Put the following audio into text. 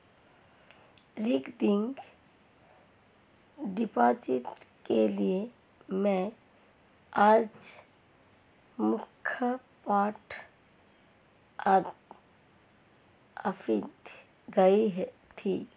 recurring deposit के लिए में आज मख्य पोस्ट ऑफिस गयी थी